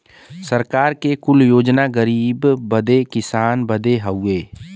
सरकार के कुल योजना गरीब बदे किसान बदे हउवे